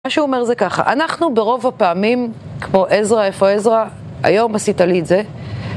מה שהוא אומר זה ככה, אנחנו ברוב הפעמים, כמו עזרא, איפה עזרא, היום עשית לי את זה